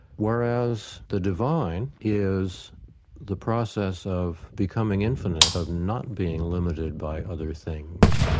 whereas the divine is the process of becoming infinite, of not being limited by other things,